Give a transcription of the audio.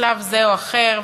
בשלב זה או אחר,